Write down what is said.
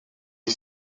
les